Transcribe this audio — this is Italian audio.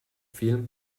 film